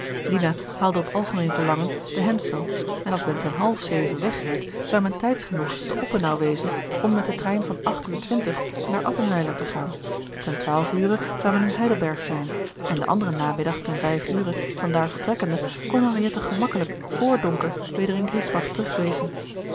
lina haalde op algemeen verlangen den hendschel en als men ten half zeven weg reed zou men tijds genoeg te oppenau wezen om met den trein van uur naar appenweiler te gaan ten twaalf ure zou men in heidelberg zijn en den anderen namiddag ten vijf ure van daar vertrekkende kon henriette gemakkelijk vr donker weder in griesbach terug